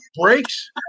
Breaks